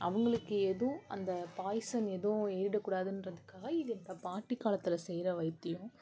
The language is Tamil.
அவங்களுக்கு எதுவும் அந்த பாய்சன் எதுவும் ஏறிட கூடாதுன்றதுக்காக இது எங்கள் பாட்டி காலத்தில் செய்கிற வைத்தியம்